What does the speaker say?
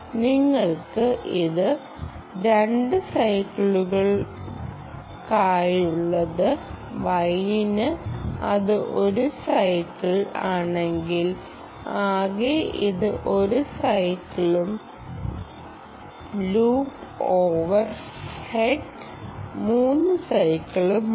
നിങ്ങൾക്ക് ഇത് 2 സൈക്കിളുകളാണുള്ളത് y ന് ഇത് 1 സൈക്കിൾ ആണെങ്കിൽ ആകെ ഇത് 1 സൈക്കിളും ലൂപ്പ് ഓവർഹെഡ് 3 സൈക്കിളുകളുമാണ്